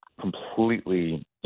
completely